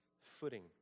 footing